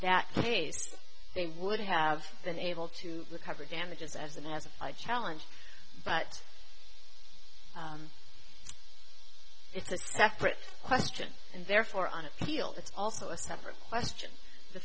that case they would have been able to recover damages as an as a challenge but it's a separate question and therefore on appeal that's also a separate question the